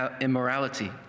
immorality